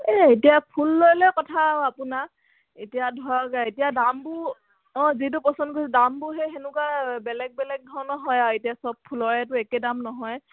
এ এতিয়া ফুল লৈ লৈ কথা আৰু আপোনাক এতিয়া ধৰক এতিয়া দামবোৰ অঁ যিটো পচন্দ কৰি দামবোৰ সেই তেনেকুৱা বেলেগ বেলেগ ধৰণৰ হয় আৰু এতিয়া চব ফুলৰেতো একে দাম নহয়